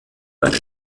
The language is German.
eine